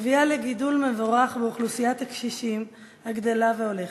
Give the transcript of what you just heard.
מביאה לגידול מבורך באוכלוסיית הקשישים הגדלה והולכת.